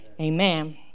Amen